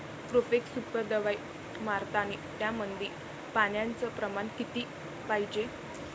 Profex super दवाई मारतानी त्यामंदी पान्याचं प्रमाण किती पायजे?